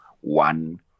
one